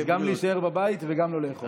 אז גם להישאר בבית וגם לא לאכול.